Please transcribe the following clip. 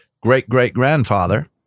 great-great-grandfather